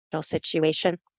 situation